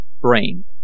brain